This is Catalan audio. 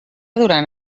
durant